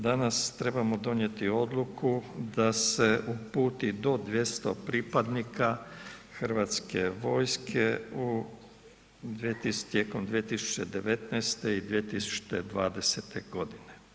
Danas trebamo donijeti odluku da se uputi do 200 pripadnika Hrvatske vojske tijekom 2019. i 2020. godine.